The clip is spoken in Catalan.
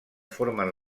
formen